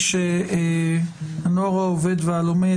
איש הנוער העובד והלומד,